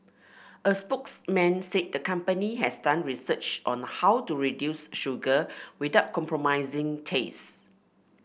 a spokesman said the company has done research on how to reduce sugar without compromising taste